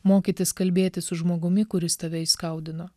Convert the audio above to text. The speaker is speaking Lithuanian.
mokytis kalbėtis su žmogumi kuris tave įskaudino